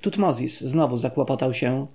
tutmozis znowu zakłopotał się